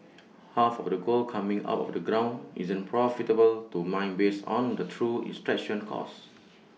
half of the gold coming out of the ground isn't profitable to mine based on the true extraction costs